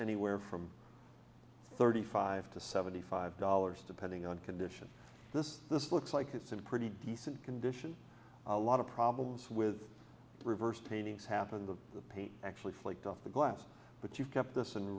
anywhere from thirty five to seventy five dollars depending on condition this this looks like it's a pretty decent condition a lot of problems with reversed paintings happened to the paint actually flicked off the glass but you kept